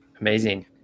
Amazing